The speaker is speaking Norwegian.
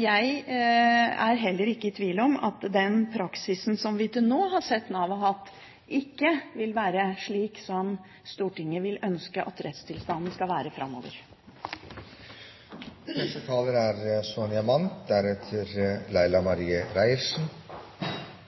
Jeg er heller ikke i tvil om at den praksisen vi til nå har sett at Nav har hatt, ikke vil være slik som Stortinget ønsker at rettstilstanden skal være framover.